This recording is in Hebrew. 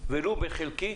ולו באופן חלקי,